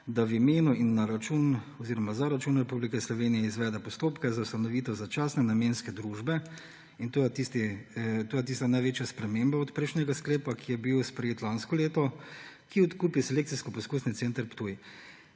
da v imenu in za račun Republike Slovenije izvede postopke za ustanovitev začasne namenske družbe, in to je tista največja sprememba od prejšnjega sklepa, ki je bil sprejet lansko leto, ki odkupi Selekcijsko-poskusni center Ptuj.